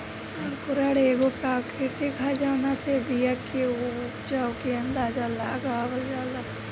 अंकुरण एगो प्रक्रिया ह जावना से बिया के उपज के अंदाज़ा लगावल जाला